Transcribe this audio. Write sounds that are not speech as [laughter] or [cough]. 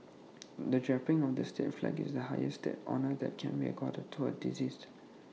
[noise] the draping of the state flag is the highest state honour that can be accorded to A deceased